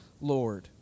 Lord